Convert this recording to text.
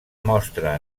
mostra